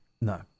No